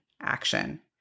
action